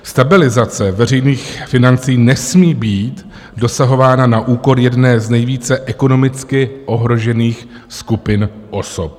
Stabilizace veřejných financí nesmí být dosahováno na úkor jedné z nejvíce ekonomicky ohrožených skupin osob.